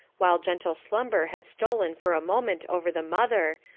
while gentle slumber had stolen for a moment over the mother,